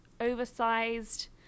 oversized